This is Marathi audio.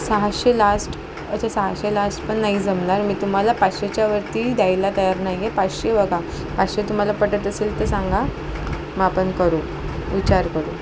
सहाशे लास्ट अच्छा सहाशे लास्ट पण नाही जमणार मी तुम्हाला पाचशेच्या वरती द्यायला तयार नाही आहे पाचशे बघा पाचशे तुम्हाला पटत असेल तर सांगा मग आपण करू विचार करू